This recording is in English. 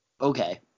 Okay